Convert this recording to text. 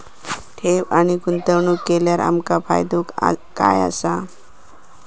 ठेव आणि गुंतवणूक केल्यार आमका फायदो काय आसा?